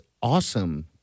awesome